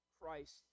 Christ